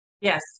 Yes